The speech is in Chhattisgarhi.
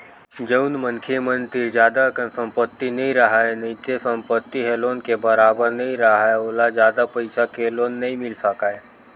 जउन मनखे मन तीर जादा अकन संपत्ति नइ राहय नइते संपत्ति ह लोन के बरोबर नइ राहय ओला जादा पइसा के लोन नइ मिल सकय